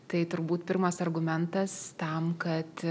tai turbūt pirmas argumentas tam kad